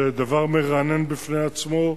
זה דבר מרענן בפני עצמו,